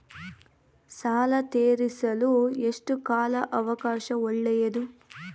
ಸಾಲ ತೇರಿಸಲು ಎಷ್ಟು ಕಾಲ ಅವಕಾಶ ಒಳ್ಳೆಯದು?